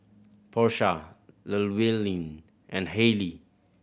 Porsha Llewellyn and Halley